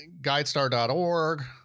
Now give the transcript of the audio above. guidestar.org